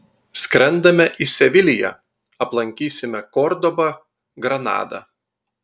skrendame į seviliją aplankysime kordobą granadą